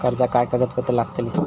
कर्जाक काय कागदपत्र लागतली?